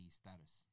status